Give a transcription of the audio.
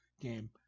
game